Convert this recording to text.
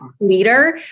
leader